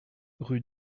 rue